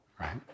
right